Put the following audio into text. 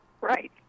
Right